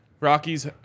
Rockies